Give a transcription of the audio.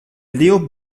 leo